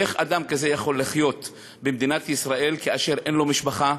איך אדם כזה יכול לחיות במדינת ישראל כאשר אין לו משפחה,